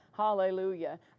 Hallelujah